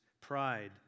pride